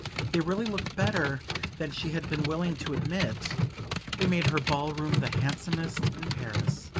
they really looked better than she had been willing to admit they made her ballroom the handsomest in paris.